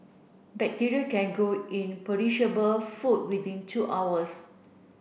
bacteria can grow in perishable food within two hours